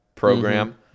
program